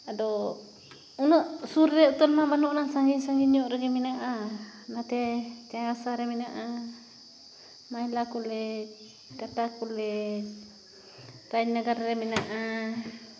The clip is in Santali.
ᱟᱫᱚ ᱩᱟᱱᱹᱜ ᱥᱩᱨ ᱨᱮ ᱩᱛᱟᱹᱨ ᱢᱟ ᱵᱟᱹᱱᱩᱜ ᱟᱱᱟᱝ ᱥᱟᱺᱜᱤᱧᱼᱥᱟᱺᱜᱤᱧ ᱧᱚᱜ ᱨᱮᱜᱮ ᱢᱮᱱᱟᱜᱼᱟ ᱱᱟᱛᱮ ᱪᱟᱸᱭ ᱵᱟᱥᱟᱨᱮ ᱢᱮᱱᱟᱜᱼᱟ ᱢᱟᱦᱤᱞᱟ ᱠᱚᱞᱮᱡᱽ ᱴᱟᱴᱟ ᱠᱚᱞᱮᱡᱽ ᱨᱟᱡᱽᱱᱚᱜᱚᱨ ᱨᱮ ᱢᱮᱱᱟᱜᱼᱟ